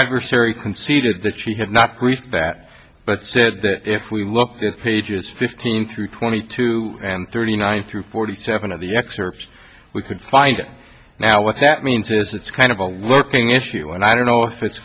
adversary conceded that she had not briefed that but said that if we look at pages fifteen through twenty two and thirty nine through forty seven of the excerpts we could find now what that means is it's kind of a looking issue and i don't know if it's